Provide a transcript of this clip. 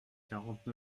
quarante